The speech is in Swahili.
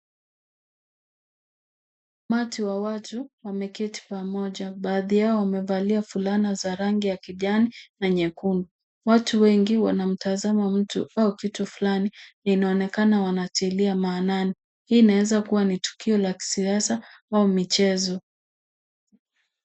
Umati wa watu wameketi pamoja. Baadhi yao wamevalia fulana za rangi ya kijani na nyekundu. Watu wengi wanamtazama mtu au kitu fulani, inaonekana wanatilia maanani. Hii inaweza kuwa ni tukio la kisasa au michezo.